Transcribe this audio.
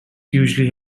usually